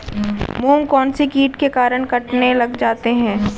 मूंग कौनसे कीट के कारण कटने लग जाते हैं?